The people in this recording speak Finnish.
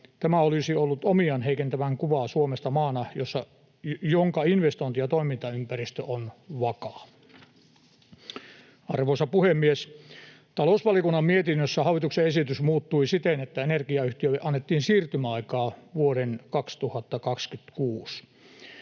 Tämä olisi ollut omiaan heikentämään kuvaa Suomesta maana, jonka investointi- ja toimintaympäristö on vakaa. Arvoisa puhemies! Talousvaliokunnan mietinnössä hallituksen esitys muuttui siten, että energiayhtiöille annettiin siirtymäaikaa vuoteen 2026.